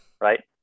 right